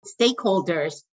stakeholders